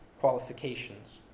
qualifications